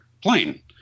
plane